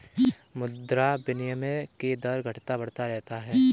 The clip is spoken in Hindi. मुद्रा विनिमय के दर घटता बढ़ता रहता है